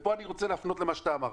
ופה אני רוצה להפנות למה שאמרת.